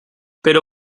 pero